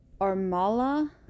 Armala